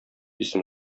исем